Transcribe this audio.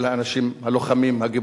של האנשים הלוחמים, הגיבורים.